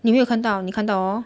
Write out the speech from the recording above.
你没有看到你看到 orh